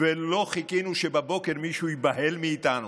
ולא חיכינו שבבוקר מישהו ייבהל מאיתנו.